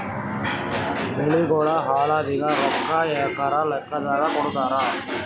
ಬೆಳಿಗೋಳ ಹಾಳಾಗಿದ ರೊಕ್ಕಾ ಎಕರ ಲೆಕ್ಕಾದಾಗ ಕೊಡುತ್ತಾರ?